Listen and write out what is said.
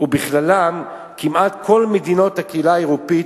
ובכללן כמעט כל מדינות הקהילה האירופית,